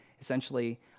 essentially